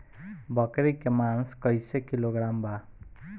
बकरी के मांस कईसे किलोग्राम बा?